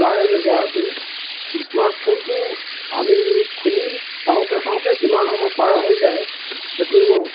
প্ৰায়ে ব্যৱহাৰ কৰোঁ স্মাৰ্টফোনটো আমি খুলি চাওঁতে চাওঁতে কিমান সময় পাৰ হৈ যায় সেইটো